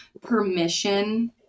permission